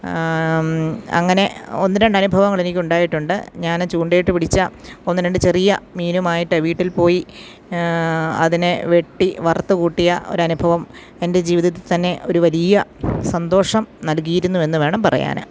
അങ്ങനെ ഒന്ന് രണ്ട് അനുഭവങ്ങൾ എനിക്ക് ഉണ്ടായിട്ടുണ്ട് ഞാൻ ചൂണ്ടയിട്ട് പിടിച്ച ഒന്ന് രണ്ട് ചെറിയ മീനുമായിട്ട് വീട്ടിൽപ്പോയി അതിനെ വെട്ടി വറുത്തുകൂട്ടിയ ഒരനുഭവം എൻ്റെ ജീവിതത്തിൽ തന്നെ ഒരു വലിയ സന്തോഷം നൽകിയിരുന്നു എന്നുവേണം പറയാൻ